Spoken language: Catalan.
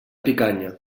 picanya